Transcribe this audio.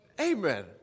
Amen